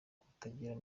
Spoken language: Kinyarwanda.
kutagira